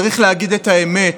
צריך להגיד את האמת,